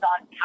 on